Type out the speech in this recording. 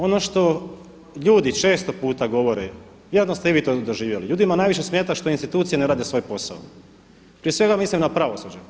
Ono što ljudi često puta govore, ja vjerujem da ste i vi to doživjeli, ljudima najviše smeta što institucije ne rade svoj posao, prije svega mislim na pravosuđe.